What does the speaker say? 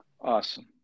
Awesome